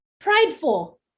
prideful